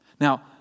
Now